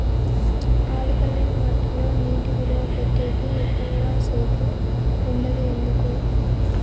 alkaline మట్టి లో నీటి నిలువ పెట్టేకి ఎక్కువగా సేపు ఉండదు ఎందుకు